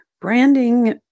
Branding